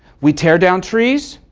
we tear down trees,